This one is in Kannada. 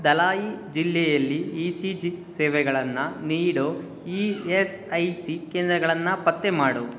ದಲಾಯಿ ಜಿಲ್ಲೆಯಲ್ಲಿ ಈ ಸಿ ಜಿ ಸೇವೆಗಳನ್ನು ನೀಡೋ ಇ ಎಸ್ ಐ ಸಿ ಕೇಂದ್ರಗಳನ್ನು ಪತ್ತೆ ಮಾಡು